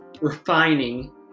refining